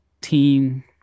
team